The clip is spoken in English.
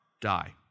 die